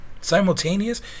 simultaneous